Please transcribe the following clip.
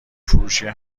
فروشیه